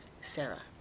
Sarah